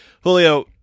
Julio